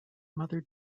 mother